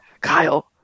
Kyle